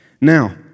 Now